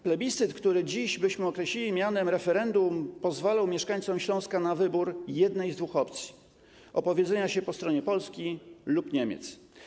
Plebiscyt, który dziś byśmy określili mianem referendum, pozwalał mieszkańcom Śląska na wybór jednej z dwóch opcji: opowiedzenia się po stronie Polski lub Niemiec.